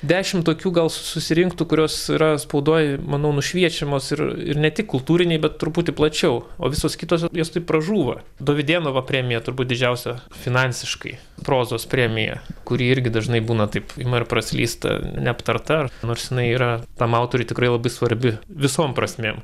dešimt tokių gal susirinktų kurios yra spaudoj manau nušviečiamos ir ne tik kultūrinėj bet truputį plačiau o visos kitos jos taip pražūva dovydėno va premija turbūt didžiausia finansiškai prozos premija kuri irgi dažnai būna taip ima ir praslysta neaptarta nors jinai yra tam autoriui tikrai labai svarbi visom prasmėm